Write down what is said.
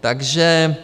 Takže